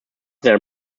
their